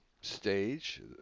stage